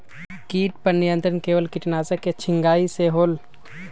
किट पर नियंत्रण केवल किटनाशक के छिंगहाई से होल?